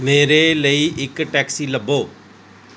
ਮੇਰੇ ਲਈ ਇੱਕ ਟੈਕਸੀ ਲੱਭੋ